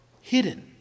hidden